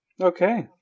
Okay